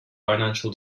financial